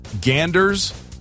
ganders